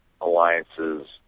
alliances